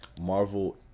Marvel